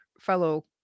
fellow